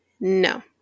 no